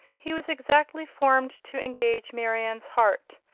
he was exactly formed to engage marianne's heart,